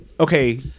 Okay